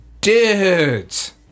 dudes